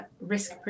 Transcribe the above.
risk